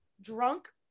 drunk